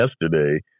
yesterday